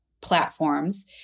platforms